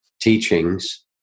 teachings